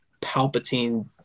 Palpatine